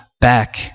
back